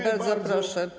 Bardzo proszę.